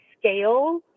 scale